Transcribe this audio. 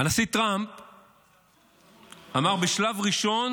הנשיא טראמפ אמר, ציטוט: בשלב ראשון,